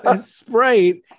Sprite